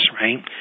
right